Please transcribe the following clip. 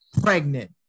Pregnant